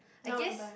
I guess